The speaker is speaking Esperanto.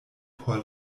por